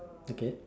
okay